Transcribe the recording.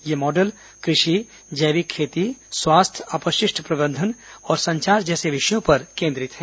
ये मॉडल कृषि जैविक खेती स्वास्थ्य अपशिष्ट प्रबंधन संचार जैसे विषयों पर केंद्रित हैं